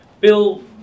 Bill